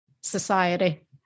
society